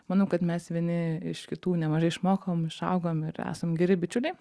manau kad mes vieni iš kitų nemažai išmokom išaugom ir esam geri bičiuliai